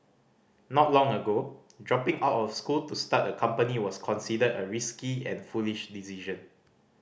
not long ago dropping out of school to start a company was considered a risky and foolish decision